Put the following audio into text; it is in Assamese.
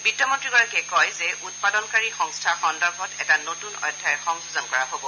বিত্তমন্ত্ৰীয়ে কয় যে উৎপাদনকাৰী সংস্থা সন্দৰ্ভত এটা নতুন অধ্যায় সংযোজন কৰা হব